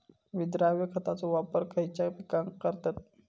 विद्राव्य खताचो वापर खयच्या पिकांका करतत?